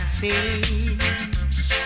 face